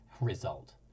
Result